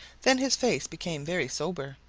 then his face became very sober.